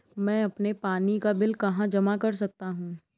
मैं अपने पानी का बिल कहाँ जमा कर सकता हूँ?